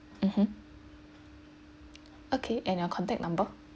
mmhmm okay and your contact number